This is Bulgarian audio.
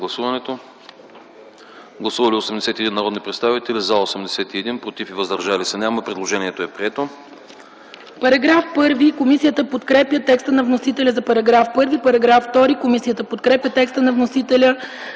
Гласували 81 народни представители: за 81, против и въздържали се няма. Предложението е прието.